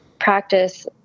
practice